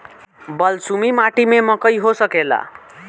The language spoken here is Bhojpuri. बलसूमी माटी में मकई हो सकेला?